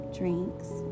Drinks